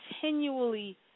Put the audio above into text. continually